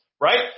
right